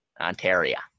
Ontario